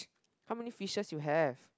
how many fishes you have